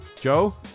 Joe